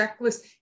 checklist